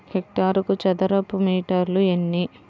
హెక్టారుకు చదరపు మీటర్లు ఎన్ని?